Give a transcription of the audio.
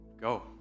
go